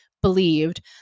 believed